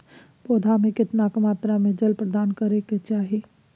पौधों में केतना मात्रा में जल प्रदान करै के चाही?